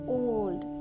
old